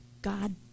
God